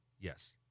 Yes